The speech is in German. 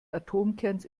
atomkerns